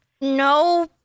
No